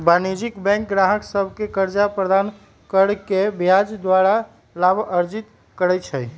वाणिज्यिक बैंक गाहक सभके कर्जा प्रदान कऽ के ब्याज द्वारा लाभ अर्जित करइ छइ